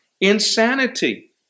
Insanity